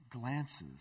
glances